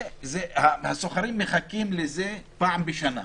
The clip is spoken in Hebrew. הסוחרים מחכים לזה פעם בשנה.